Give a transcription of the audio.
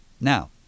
Now